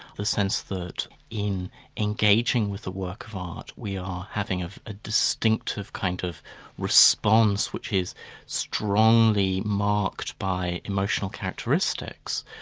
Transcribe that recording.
the sense that in engaging with a work of art we are having a distinctive kind of response which is strongly marked by emotional characteristics,